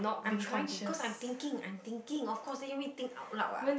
I'm trying to cause I'm thinking I'm thinking of course can let me think out loud ah